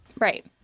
Right